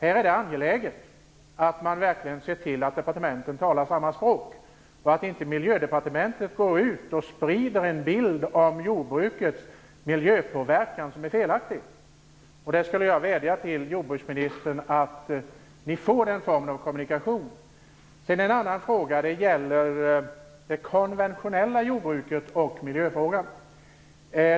Här är det angeläget att man verkligen ser till att departementen talar samma språk och att Miljödepartementet inte går ut och sprider en bild av jordbrukets miljöpåverkan som är felaktig. Jag skulle vilja vädja till jordbruksministern att ni får den formen av kommunikation. En annan fråga gäller det konventionella jordbruket och miljöfrågan.